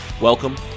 welcome